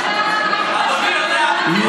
אתה יודע לקרוא בכלל?